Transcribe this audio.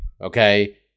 okay